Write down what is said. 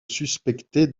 suspectée